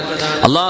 Allah